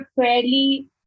fairly